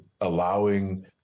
allowing